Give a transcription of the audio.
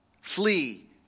flee